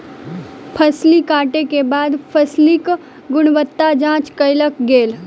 फसिल कटै के बाद फसिलक गुणवत्ताक जांच कयल गेल